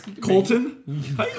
Colton